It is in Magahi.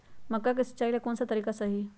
मक्का के सिचाई ला कौन सा तरीका सही है?